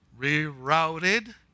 rerouted